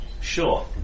Sure